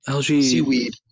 seaweed